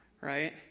right